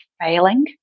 failing